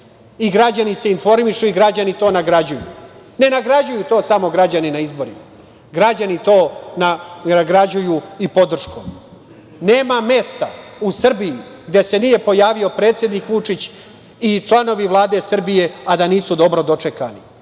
i građani se informišu i građani to nagrađuju. Ne nagrađuju to samo građani na izborima, građani to nagrađuju i podrškom. Nema mesta u Srbiji gde se nije pojavio predsednik Vučić i članovi Vlade Srbije a da nisu dobro dočekani.